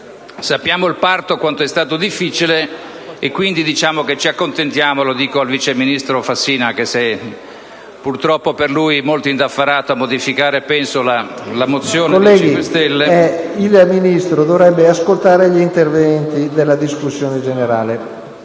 Ministro dovrebbe ascoltare gli interventi della discussione. Ce